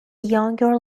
younger